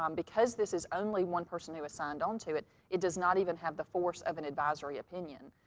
um because this is only one person who has signed onto it, it does not even have the force of an advisory opinion.